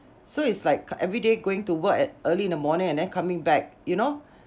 so it's like every day going to work at early in the morning and then coming back you know